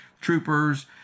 Troopers